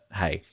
hey